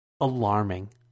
alarming